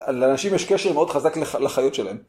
לאנשים יש קשר מאוד חזק לחיות שלהם.